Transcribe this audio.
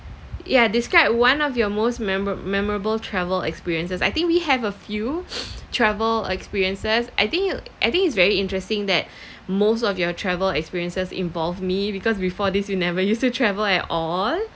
ya describe one of your most memor~ memorable travel experiences I think we have a few travel experiences I think I think it's very interesting that most of your travel experiences involve me because before this you never used to travel at all